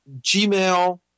Gmail